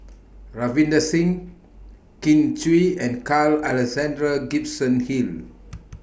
Ravinder Singh Kin Chui and Carl Alexander Gibson Hill